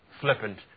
flippant